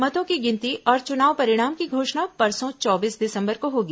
मतों की गिनती और चुनाव परिणाम की घोषणा परसों चौबीस दिसंबर को होगी